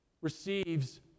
Receives